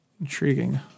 intriguing